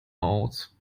aus